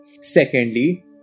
Secondly